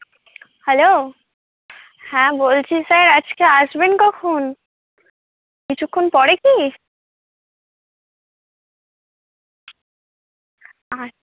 hello হ্যাঁ বলছি sir আজকে আসবেন কখন কিছুক্ষণ পরে কি